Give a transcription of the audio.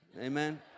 amen